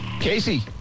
Casey